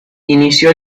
inició